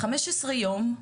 חמישה עשר יום,